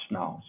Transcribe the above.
now